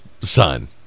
son